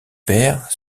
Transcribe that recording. pairs